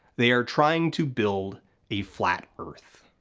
they are trying to build a flat earth.